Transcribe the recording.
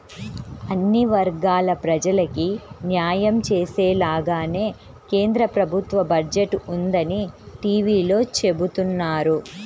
అన్ని వర్గాల ప్రజలకీ న్యాయం చేసేలాగానే కేంద్ర ప్రభుత్వ బడ్జెట్ ఉందని టీవీలో చెబుతున్నారు